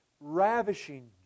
ravishing